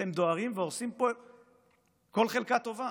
אתם דוהרים והורסים פה כל חלקה טובה.